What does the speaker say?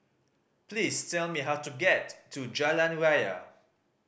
please tell me how to get to Jalan Raya